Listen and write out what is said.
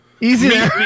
Easy